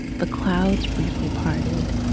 the clouds briefly parted.